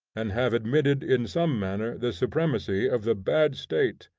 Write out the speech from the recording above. and have admitted in some manner the supremacy of the bad state.